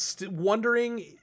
wondering